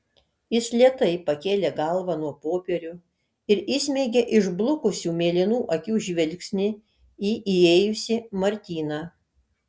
jis lėtai pakėlė galvą nuo popierių ir įsmeigė išblukusių mėlynų akių žvilgsnį į įėjusį martyną